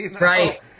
Right